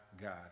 God